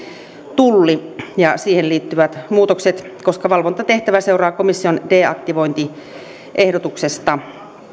tulli ja siihen liittyvät muutokset koska valvontatehtävä seuraa komission deaktivointiehdotuksesta